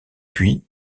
puis